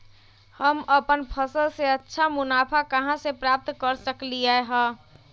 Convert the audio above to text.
हम अपन फसल से अच्छा मुनाफा कहाँ से प्राप्त कर सकलियै ह?